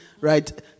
right